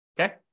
Okay